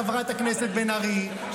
חברת הכנסת בן ארי.